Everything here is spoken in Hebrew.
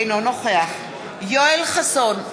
אינו נוכח יואל חסון,